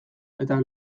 eta